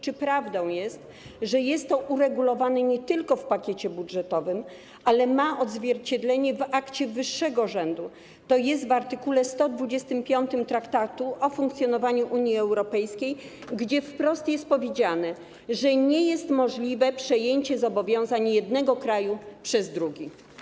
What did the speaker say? Czy prawdą jest, że jest to uregulowane nie tylko w pakiecie budżetowym, ale ma też odzwierciedlenie w akcie wyższego rzędu, to jest w art. 125 Traktatu o funkcjonowaniu Unii Europejskiej, gdzie wprost jest powiedziane, że nie jest możliwe przejęcie zobowiązań jednego kraju przez drugi?